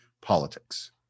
politics